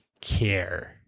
care